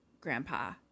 grandpa